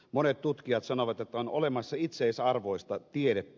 monet tutkijat sanovat että on olemassa itseisarvoista tiedettä